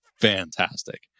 fantastic